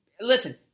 Listen